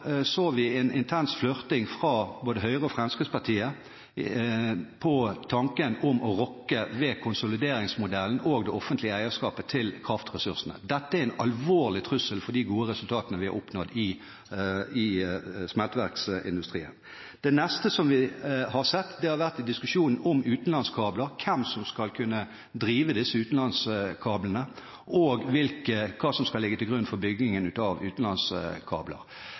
vi en intens flørting fra både Høyre og Fremskrittspartiet rundt tanken om å rokke ved konsolideringsmodellen og det offentlige eierskapet til kraftressursene. Dette er en alvorlig trussel for de gode resultatene vi har oppnådd i smelteverksindustrien. Det neste vi har sett, har vært diskusjonen om utenlandskabler – om hvem som skal kunne drive disse utenlandskablene og hva som skal ligge til grunn for byggingen av utenlandskabler.